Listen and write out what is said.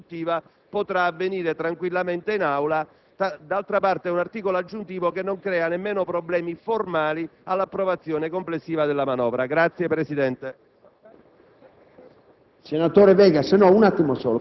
penso che tale interlocuzione costruttiva potrà avvenire tranquillamente in Aula. D'altra parte, è un articolo aggiuntivo che non crea nemmeno problemi formali all'approvazione complessiva della manovra.